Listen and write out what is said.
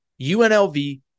UNLV